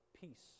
peace